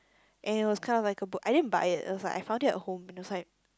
and it was kind of like a book I din buy it it was like I found it at home it was like